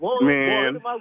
Man